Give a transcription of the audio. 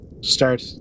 start